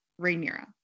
rhaenyra